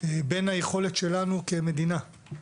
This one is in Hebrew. בין היכולת שלנו, כמדינה,